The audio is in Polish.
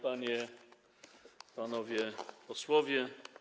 Panie, Panowie Posłowie!